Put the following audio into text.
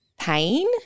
pain